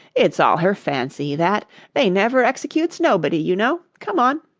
it's all her fancy, that they never executes nobody, you know. come on